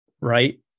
right